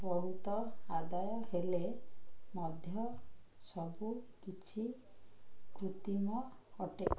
ବହୁତ ଆଦାୟ ହେଲେ ମଧ୍ୟ ସବୁ କିଛି କୃତିମ ଅଟେ